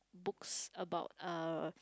books about err